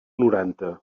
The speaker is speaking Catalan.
noranta